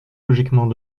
logiquement